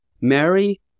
Mary